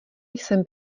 jsem